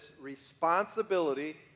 responsibility